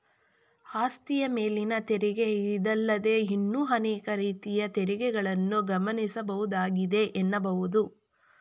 ಆಸ್ತಿಯ ಮೇಲಿನ ತೆರಿಗೆ ಇದಲ್ಲದೇ ಇನ್ನೂ ಅನೇಕ ರೀತಿಯ ತೆರಿಗೆಗಳನ್ನ ಗಮನಿಸಬಹುದಾಗಿದೆ ಎನ್ನಬಹುದು